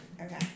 Okay